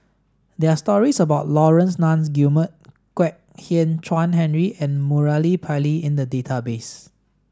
there are stories about Laurence Nunns Guillemard Kwek Hian Chuan Henry and Murali Pillai in the database